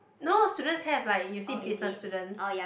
no students have like you see business students